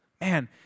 Man